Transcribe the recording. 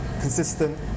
consistent